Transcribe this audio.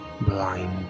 blind